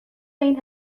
این